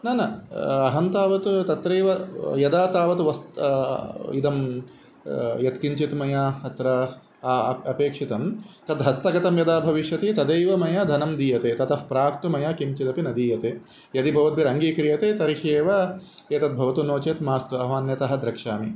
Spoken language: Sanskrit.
न न अहं तावत् तत्रैव यदा तावत् वस् इदं यत्किञ्चित् मया अत्र अपेक्षितं तत् हस्तगतं यदा भविष्यति तदैव मया धनं दीयते ततः प्राक्तु मया किञ्चिदपि न दीयते यदि भवद्भिः अङ्गीक्रियते तर्हि एव एतद्भवतु नो चेत् मास्तु अहम् अन्यतः द्रक्ष्यामि